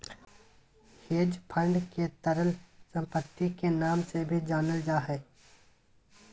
hedge fund के तरल सम्पत्ति के नाम से भी जानल जा हय